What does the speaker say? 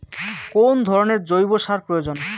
কোন ধরণের জৈব সার প্রয়োজন?